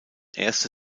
erste